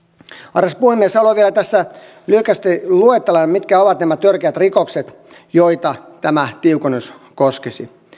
arvoisa puhemies haluan vielä tässä lyhkäsesti luetella mitkä ovat nämä törkeät rikokset joita tämä tiukennus koskisi